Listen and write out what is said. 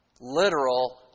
literal